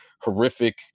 horrific